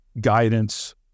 guidance